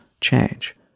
change